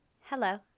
Hello